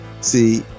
see